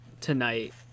tonight